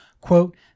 quote